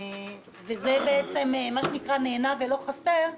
זה בעצם מה שנקרא "זה נהנה וזה לא חסר",